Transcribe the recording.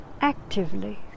actively